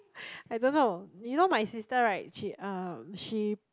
I don't know you know my sister right she uh she